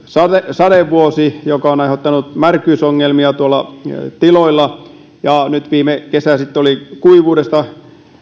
sadevuosi jotka ovat aiheuttaneet märkyysongelmia tiloilla ja nyt viime kesä oli kuivuuden suhteen